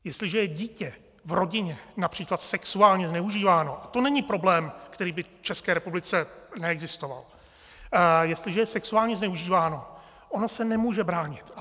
Jestliže je dítě v rodině například sexuálně zneužíváno, a to není problém, který by v České republice neexistoval, jestliže je sexuálně zneužíváno, ono se nemůže bránit.